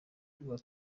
kwa